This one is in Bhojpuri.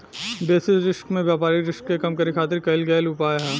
बेसिस रिस्क में व्यापारिक रिस्क के कम करे खातिर कईल गयेल उपाय ह